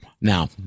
Now